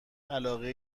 علاقه